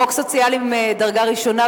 חוק סוציאלי מדרגה ראשונה,